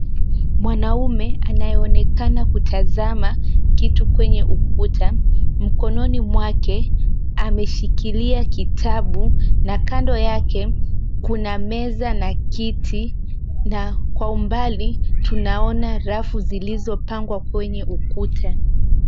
Mwanume anayeonekana kutazama, kitu kwenye ukuta, mkononi mwake, ameshikilia kitabu, na kando yake, kuna meza na kiti, na kwa umbali, tunaona rafu zilizopangwa kwenye ukuta.